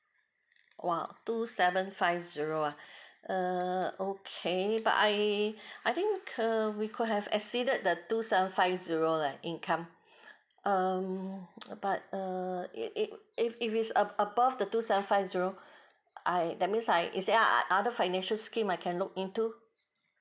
!wah! two seven five zero ah err okay but I I think err we could have exceeded the two seven five zero like income um but err it it if it's above the two seven five zero I that means I is there ah other financial scheme I can look into